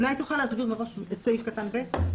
אולי תוכל להסביר את סעיף קטן (ב)?